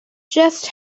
just